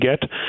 get